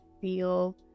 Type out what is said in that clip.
feel